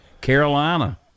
Carolina